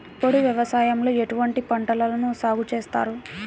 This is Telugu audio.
పోడు వ్యవసాయంలో ఎటువంటి పంటలను సాగుచేస్తారు?